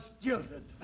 jilted